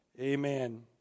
Amen